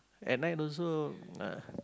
at night also uh